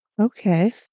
Okay